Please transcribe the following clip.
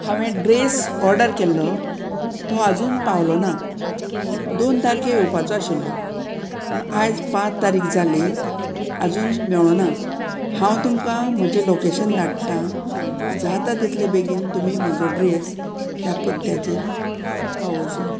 हांवें dress order केल्लो तो आजून पावलो ना दोन तारके येवपाचो आशिल्लो पूण आयज पांच तारीक जाली आजून मेळोना हांव तुमकां म्हजें लोकेशन धाडटां जाता तितले बेगीन तुमी म्हजो ड्रेस ह्या पत्त्याचेर पावोचो